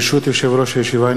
ברשות יושב-ראש הישיבה,